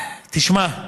תשמע,